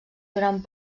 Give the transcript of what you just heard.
durant